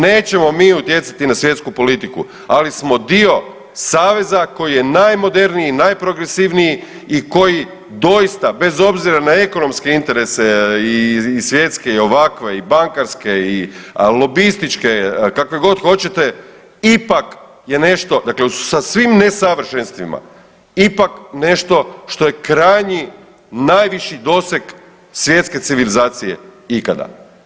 Nećemo mi utjecati na svjetsku politiku, ali smo dio saveza koji je najmoderniji, najprogresivniji i koji doista bez obzira na ekonomske interese i svjetske i ovakve i bankarske i lobističke, kakvegod hoćete ipak je nešto dakle sa svim ne savršenstvima, ipak nešto što je krajnji najviši doseg svjetske civilizacije ikada.